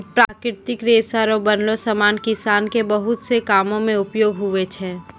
प्राकृतिक रेशा रो बनलो समान किसान के बहुत से कामो मे उपयोग हुवै छै